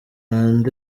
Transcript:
andi